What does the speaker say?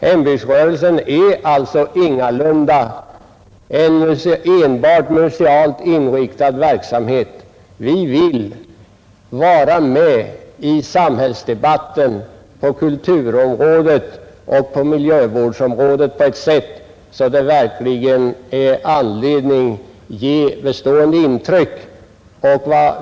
Hembygdsrörelsen är alltså ingalunda en enbart musealt inriktad verksamhet. Vi vill vara med i samhällsdebatten på kulturområdet och på miljövårdsområdet på ett sätt som ger bestående intryck.